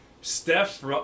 Steph